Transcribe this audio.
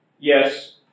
Yes